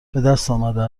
بهدستآمده